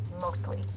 Mostly